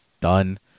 done